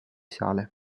sale